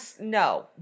no